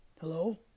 Hello